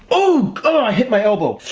um ah i hit my elbow.